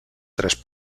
tres